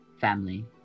family